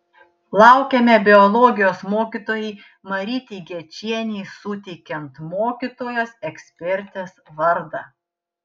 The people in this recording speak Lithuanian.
laukiame biologijos mokytojai marytei gečienei suteikiant mokytojos ekspertės vardą